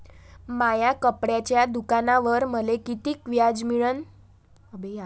माया कपड्याच्या दुकानावर मले कितीक व्याज भेटन?